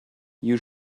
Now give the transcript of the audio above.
you